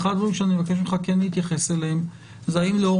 אחד הדברים שאני מבקש ממך כן להתייחס אליהם זה האם לאור